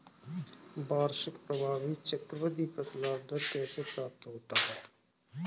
वार्षिक प्रभावी चक्रवृद्धि प्रतिलाभ दर कैसे प्राप्त होता है?